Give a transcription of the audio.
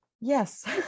Yes